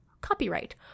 copyright